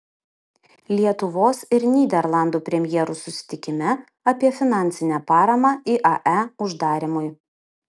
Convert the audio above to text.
lietuvos ir nyderlandų premjerų susitikime apie finansinę paramą iae uždarymui